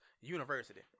university